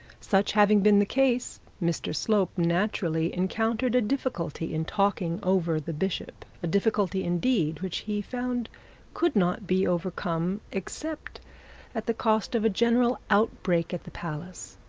such having been the case, mr slope, naturally encountered a difficulty in talking over the bishop, a difficulty indeed which he found could not be overcome except at the cost of a general outbreak at the palace.